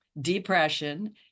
Depression